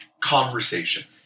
conversation